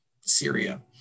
Syria